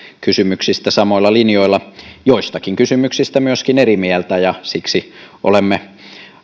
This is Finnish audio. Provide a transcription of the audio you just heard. kysymyksistä samoilla linjoilla joistakin kysymyksistä myöskin eri mieltä ja siksi olemme